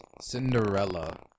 Cinderella